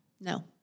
No